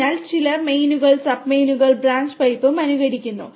അതിനാൽ ചിലർ മെയിനുകളും സബ് മെയിനുകളും ബ്രാഞ്ച് പൈപ്പും അനുകരിക്കുന്നു